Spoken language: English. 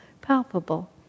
palpable